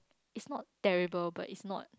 it's not terrible but it's not